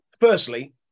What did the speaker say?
Personally